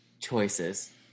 choices